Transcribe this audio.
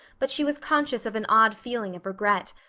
but she was conscious of an odd feeling of regret.